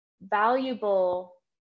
valuable